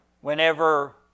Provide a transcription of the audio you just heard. Whenever